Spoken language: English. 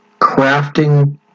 crafting